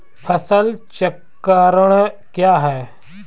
फसल चक्रण क्या है?